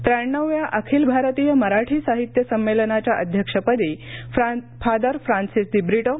त्र्याण्णवाव्या अखिल भारतीय मराठी साहित्य संमेलनाच्या अध्यक्षपदी फादर फ्रान्सिस दिब्रिटो